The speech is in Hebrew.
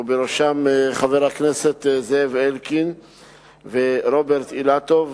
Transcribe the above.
בראשם חברי הכנסת זאב אלקין ורוברט אילטוב,